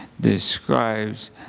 describes